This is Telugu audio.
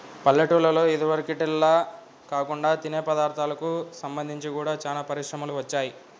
పల్లెటూల్లలో ఇదివరకటిల్లా కాకుండా తినే పదార్ధాలకు సంబంధించి గూడా చానా పరిశ్రమలు వచ్చాయ్